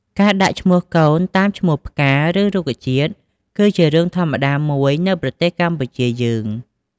ការដាក់ឈ្មោះកូនតាមឈ្មោះផ្កា ឬរុក្ខជាតិ គឺជារឿងធម្មតាមួយនៅប្រទេសកម្ពុជាយើង។